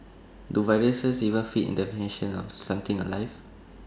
do viruses even fit in definition of something alive